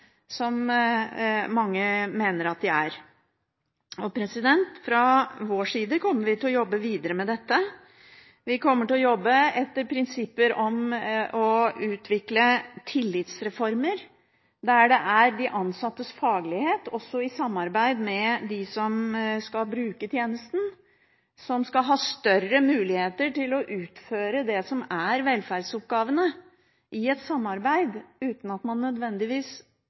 som mange mener at de er. Fra vår side kommer vi til å jobbe videre med dette. Vi kommer til å jobbe etter prinsipper om å utvikle tillitsreformer, der de ansatte med sin faglighet, også i samarbeid med dem som skal bruke tjenesten, skal ha større muligheter til å utføre det som er velferdsoppgavene, uten at man nødvendigvis